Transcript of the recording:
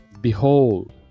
Behold